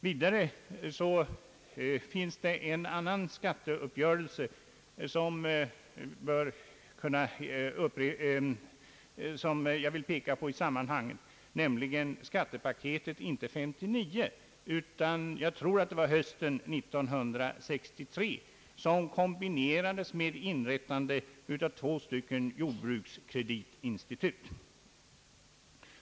Vidare finns det en annan skatteuppgörelse, som jag vill peka på i sammanhanget, nämligen skattepaketet, inte 1959 utan på hösten 1963, som kombinerades med inrättande av två jordbrukskreditinstitut.